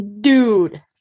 dude